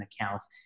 accounts